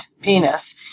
penis